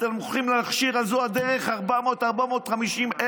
אתם הולכים להכשיר על זו הדרך 400,000 450,000,